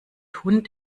hund